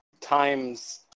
times